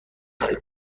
داره